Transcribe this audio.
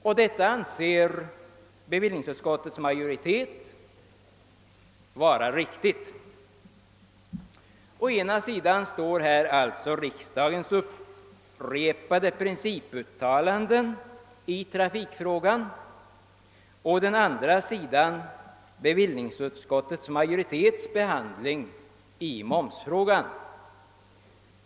Och detta anser bevillningsutskottets majoritet vara riktigt. Å ena sidan har vi alltså riksdagens upprepade principuttalanden i trafikfrågan och å andra sidan bevillningsutskottets majoritets behandling av momsfrågan.